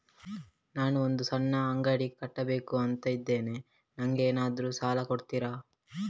ನಾನು ಒಂದು ಸಣ್ಣ ಅಂಗಡಿ ಹಾಕಬೇಕುಂತ ಇದ್ದೇನೆ ನಂಗೇನಾದ್ರು ಸಾಲ ಕೊಡ್ತೀರಾ?